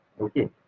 okay